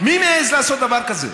מי מעז לעשות דבר כזה?